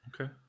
Okay